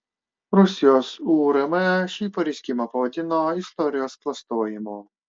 rusijos urm šį pareiškimą pavadino istorijos klastojimu